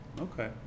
okay